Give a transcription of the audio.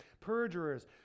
perjurers